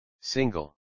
Single